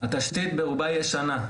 התשתית ברובה ישנה.